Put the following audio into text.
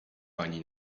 pani